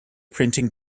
printing